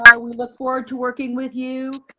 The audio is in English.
ah we look forward to working with you.